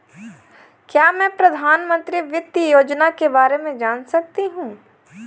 क्या मैं प्रधानमंत्री वित्त योजना के बारे में जान सकती हूँ?